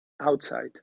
outside